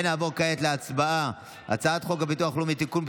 נעבור כעת להצבעה על הצעת חוק הביטוח הלאומי (תיקון,